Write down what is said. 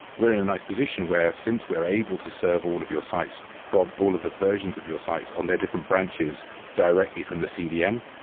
we're in a nice position where, since we are able to server all of your sites from all of the versions of your sites on their different branches directly from the cdn,